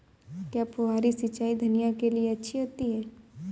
क्या फुहारी सिंचाई धनिया के लिए अच्छी होती है?